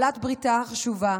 בעלת בריתה החשובה,